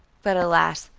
but alas!